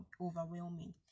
overwhelming